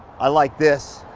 i like this.